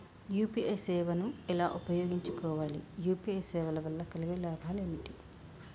UPI సేవను ఎలా ఉపయోగించు కోవాలి? యూ.పీ.ఐ సేవల వల్ల కలిగే లాభాలు ఏమిటి?